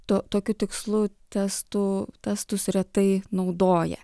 to tokiu tikslu testų testus retai naudoja